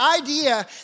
idea